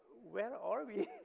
where are we?